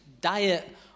diet